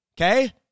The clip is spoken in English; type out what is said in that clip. okay